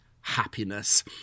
happiness